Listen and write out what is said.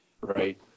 Right